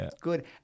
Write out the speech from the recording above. good